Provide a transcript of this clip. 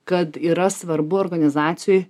kad yra svarbu organizacijoj